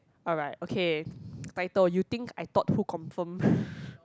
alright okay title you think I thought who confirm